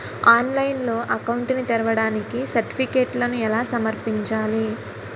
ఆన్లైన్లో అకౌంట్ ని తెరవడానికి సర్టిఫికెట్లను ఎలా సమర్పించాలి?